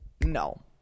no